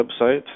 website